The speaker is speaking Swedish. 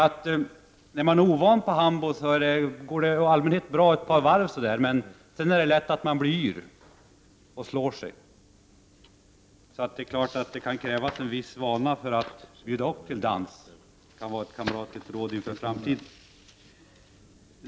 När man är ovan på hambo går det i allmänhet bra ett par varv, men sedan blir man lätt yr och slår sig. Det är klart att det kan krävas en viss vana för att bjuda upp till dans — det kan vara ett kamratligt råd inför framtiden.